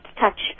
touch